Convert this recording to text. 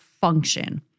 function